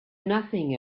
nothing